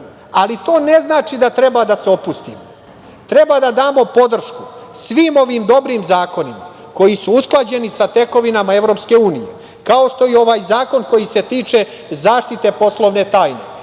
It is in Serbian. Ali, to ne znači da treba da se opustimo. Treba da damo podršku svim ovim dobrim zakonima koji su usklađeni sa tekovinama EU, kao što je i ovaj zakon koji se tiče zaštite poslovne tajne,